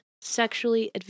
sexually